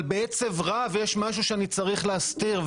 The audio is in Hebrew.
אבל בעצב רב יש משהו שאני צריך להסתיר,